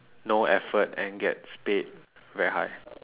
no effort and gets paid very high